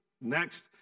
next